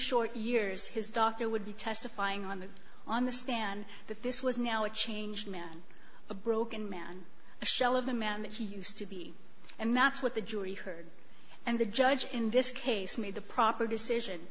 short years his doctor would be testifying on the on the stand that this was now a changed man a broken man a shell of the man that he used to be and that's what the jury heard and the judge in this case made the proper decision